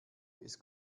ist